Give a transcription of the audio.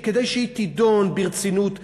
כדי שהיא תידון ברצינות בוועדה,